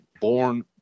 born